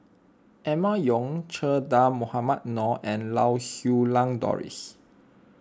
Emma Yong Che Dah Mohamed Noor and Lau Siew Lang Doris